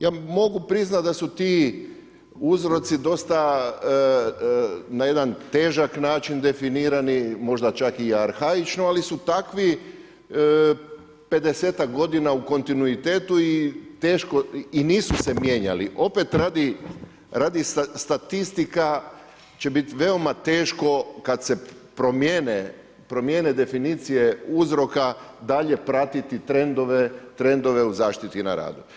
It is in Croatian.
Ja mogu priznati da su ti uzroci dosta na jedna težak način definirani, možda čak i arhaično ali su takvi 50-ak godina u kontinuitetu i nisu se mijenjali, opet radi statistika će bit veoma teško kad se promjene definicije uzroka dalje pratiti trendove u zaštiti na radu.